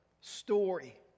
story